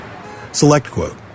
Selectquote